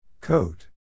Coat